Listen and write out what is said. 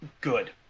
good